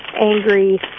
angry